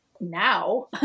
now